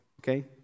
Okay